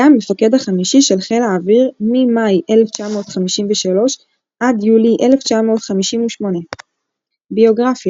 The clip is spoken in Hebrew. היה המפקד החמישי של חיל האוויר ממאי 1953 עד יולי 1958. ביוגרפיה